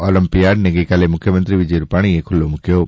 ઓલિમ્પિયાડને ગઇકાલે મુખ્યમંત્રી વિજય રૂપાણીએ ખુલ્લો મુક્વો હતો